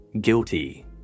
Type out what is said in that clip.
guilty